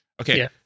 Okay